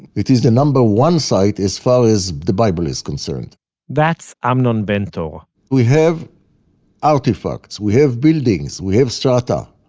it is the number one site as far as the bible is concerned that's amnon bentor we have artifacts, we have buildings, we have strata,